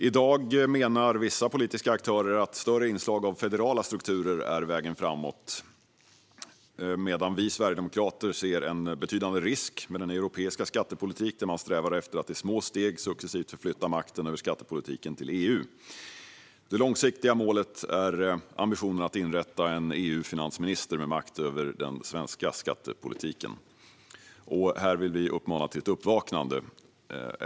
I dag menar vissa politiska aktörer att större inslag av federala strukturer är vägen framåt, medan vi sverigedemokrater ser en betydande risk med den europeiska skattepolitik där man strävar efter att i små steg succesivt förflytta makten över skattepolitiken till EU. Det långsiktiga målet är ambitionen att inrätta en EU-finansminister med makt över den svenska skattepolitiken. Här vill vi uppmana till ett uppvaknande.